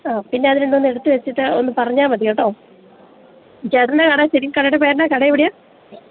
ആ പിന്നെ അത് രണ്ടും ഒന്ന് എടുത്ത് വെച്ചിട്ട് ഒന്ന് പറഞ്ഞാൽ മതി കേട്ടോ ചേട്ടൻ്റെ കട ശരിക്കും കടയുടെ പേര് എന്താ കട എവിടെ ആണ്